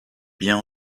bien